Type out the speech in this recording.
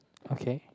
okay